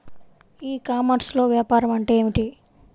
ఈ కామర్స్లో వ్యాపారం అంటే ఏమిటి?